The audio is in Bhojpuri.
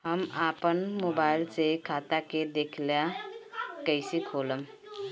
हम आपन मोबाइल से खाता के देखेला कइसे खोलम?